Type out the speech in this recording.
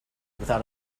without